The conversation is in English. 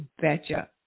betcha